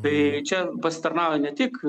tai čia pasitarnauja ne tik